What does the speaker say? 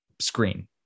screen